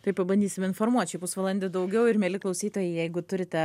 tai pabandysim informuot šį pusvalandį daugiau ir mieli klausytojai jeigu turite